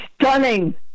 stunning